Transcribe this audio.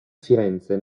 firenze